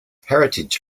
heritage